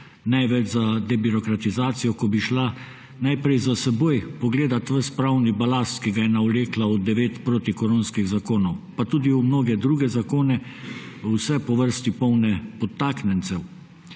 največ za debirokratizacijo, ko bi šla najprej za seboj pogledat ves pravni balast, ki ga je navlekla v 9 protikoronskih zakonov pa tudi v mnoge druge zakone, vse po vrsti polne potaknjencev,